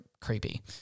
creepy